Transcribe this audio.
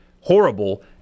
horrible